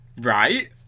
Right